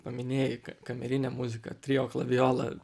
paminėjai kamerinę muziką trio klavijola